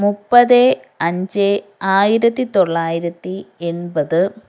മുപ്പത് അഞ്ച് ആയിരത്തി തൊള്ളായിരത്തി എൺപത്